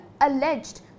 alleged